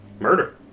Murder